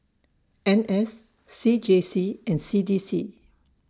N S C J C and C D C